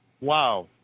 Wow